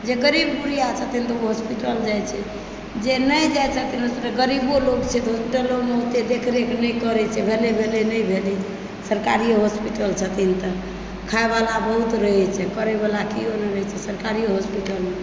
जे गरीब गुरबा छथिन तऽ ओ हॉस्पिटल जाइत छै जे नहि जाइत छथिन गरीबो लोक छै होस्पिटलोमे ओते देख रेख नहि करै छै भेलै भेलै नहि भेलै सरकारी हॉस्पिटल छथिन तऽ खाए वला बहुत रहए छै करै वला केओ नहि रहै छै सरकारी हॉस्पिटलमे